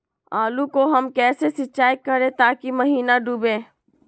आलू को हम कैसे सिंचाई करे ताकी महिना डूबे?